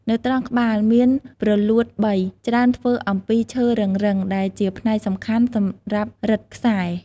នៅត្រង់ក្បាលមានព្រលួតបី ច្រើនធ្វើអំពីឈើរឹងៗ ដែលជាផ្នែកសំខាន់សម្រាប់រឹតខ្សែ។